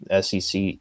SEC